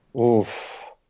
oof